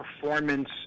performance